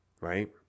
right